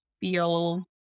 feel